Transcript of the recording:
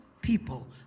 people